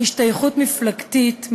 השתייכות מפלגתית,